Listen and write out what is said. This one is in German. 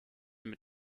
mit